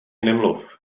nemluv